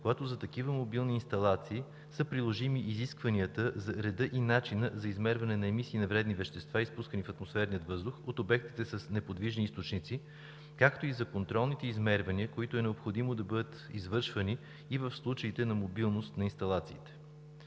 когато за такива мобилни инсталации са приложими изискванията за реда и начина за измерване на емисии за вредни вещества, изпускани в атмосферния въздух от обектите с неподвижни източници, както и за контролните измервания, които е необходимо да бъдат извършвани и в случаите на мобилност на инсталациите.